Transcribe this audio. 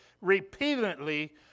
repeatedly